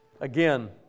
again